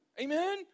Amen